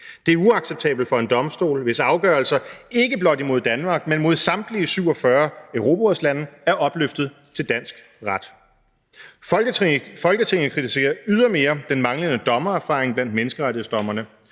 Det er uacceptabelt for en domstol, hvis afgørelser – ikke blot imod Danmark, men mod samtlige 47 Europarådslande – er opløftet til dansk ret. Folketinget kritiserer ydermere den manglende dommererfaring blandt menneskerettighedsdommerne.